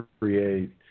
create